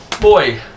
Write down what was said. Boy